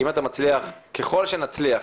ככל שנצליח,